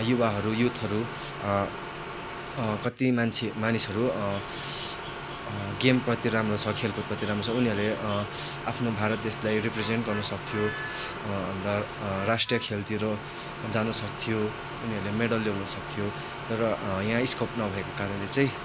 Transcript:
युवाहरू युथहरू कति मान्छे मानिसहरू गेमप्रति राम्रो छ खेलकुदप्रति राम्रो छ उनीहरूले आफ्नो भारत देशलाई रिप्रेजेन्ट गर्नु सक्थ्यो अन्त राष्ट्रिय खेलतिर जानु सक्थ्यो उनीहरूले मेडल ल्याउनुसक्थ्यो तर यहाँ स्कोप नभएको कारणले चाहिँ